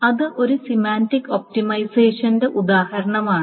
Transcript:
അത് ഒരു സെമാന്റിക് ഒപ്റ്റിമൈസേഷന്റെ ഉദാഹരണമാണ്